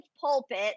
pulpit